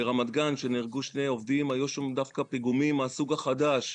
שם נהרגו שני עובדים דווקא היו שם פיגומים מהסוג החדש,